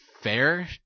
fair